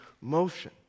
motion